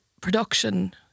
production